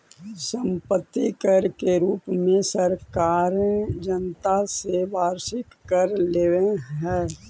सम्पत्ति कर के रूप में सरकारें जनता से वार्षिक कर लेवेऽ हई